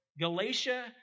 Galatia